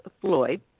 Floyd